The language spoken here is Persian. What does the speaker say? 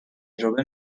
تجربه